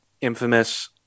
infamous